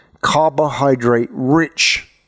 carbohydrate-rich